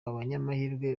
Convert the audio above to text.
abanyamahirwe